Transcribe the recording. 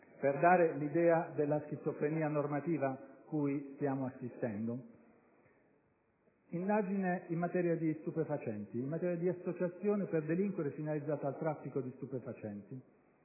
per dare l'idea della schizofrenia normativa cui stiamo assistendo. Mi riferisco ad un'indagine in materia di stupefacenti, di associazione per delinquere finalizzata al traffico di stupefacenti: